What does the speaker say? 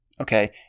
Okay